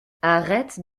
arrête